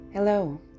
Hello